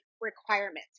requirements